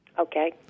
Okay